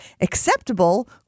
Acceptable